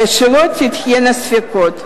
ושלא יהיו ספקות,